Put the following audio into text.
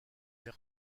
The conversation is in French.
les